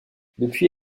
depuis